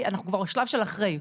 אנחנו כבר בשלב של אחרי.